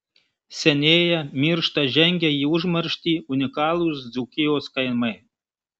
senėja miršta žengia į užmarštį unikalūs dzūkijos kaimai